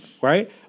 right